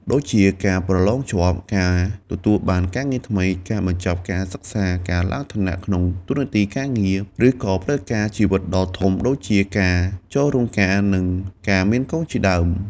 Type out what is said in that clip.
ដូចជាការប្រឡងជាប់ ការទទួលបានការងារថ្មី ការបញ្ចប់ការសិក្សា ការឡើងឋានៈក្នុងតួនាទីការងារ ឬក៏ព្រឹត្តិការណ៍ជីវិតដ៏ធំដូចជាការចូលរោងការ និងការមានកូនជាដើម។